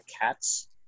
cats